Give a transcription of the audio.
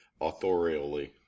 authorially